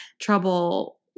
trouble